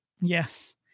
Yes